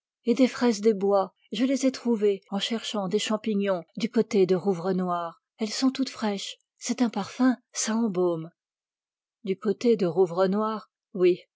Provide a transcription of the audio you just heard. et des fraises des bois je les ai trouvées du côté de rouvrenoir elles sont toutes fraîches c'est un parfum ça embaume du côté de rouvrenoir